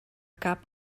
cap